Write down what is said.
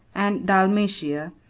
and dalmatia,